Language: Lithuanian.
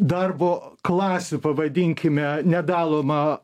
darbo klasių pavadinkime nedalomą